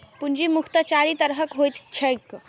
पूंजी मुख्यतः चारि तरहक होइत छैक